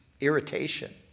irritation